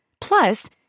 Plus